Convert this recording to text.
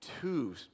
two